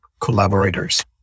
collaborators